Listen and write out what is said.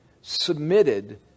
submitted